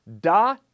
da